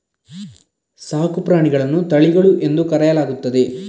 ಸಾಕು ಪ್ರಾಣಿಗಳನ್ನು ತಳಿಗಳು ಎಂದು ಕರೆಯಲಾಗುತ್ತದೆ